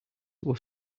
were